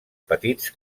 petits